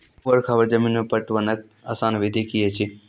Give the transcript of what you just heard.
ऊवर खाबड़ जमीन मे पटवनक आसान विधि की ऐछि?